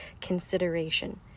consideration